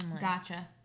Gotcha